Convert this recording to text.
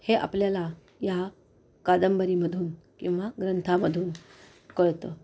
हे आपल्याला या कादंबरीमधून किंवा ग्रंथामधून कळतं